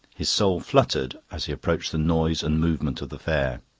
his soul fluttered as he approached the noise and movement of the fair.